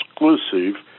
exclusive